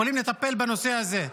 יכולים לטפל בנושא הזה.